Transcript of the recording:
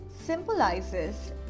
symbolizes